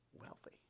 Wealthy